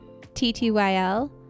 ttyl